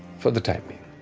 for the time being.